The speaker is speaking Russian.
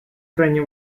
крайне